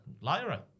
Lyra